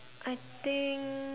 I think